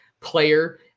player